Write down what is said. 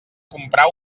comprar